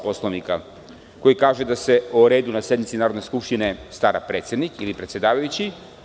Poslovnika, koji kaže da se o redu na sednici Narodne skupštine stara predsednik ili predsedavajući.